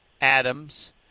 Adams